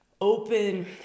open